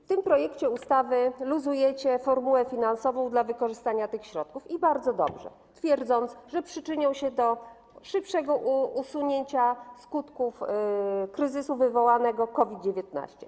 W tym projekcie ustawy luzujecie formułę finansową dla wykorzystania tych środków - i bardzo dobrze - twierdząc, że przyczynią się one do szybszego usunięcia skutków kryzysu wywołanego COVID-19.